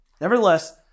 Nevertheless